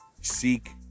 seek